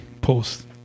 post